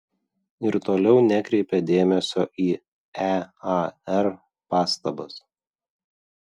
ir toliau nekreipė dėmesio į ear pastabas